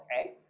okay